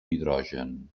hidrogen